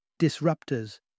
Disruptors